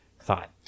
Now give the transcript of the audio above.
thought